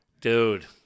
Dude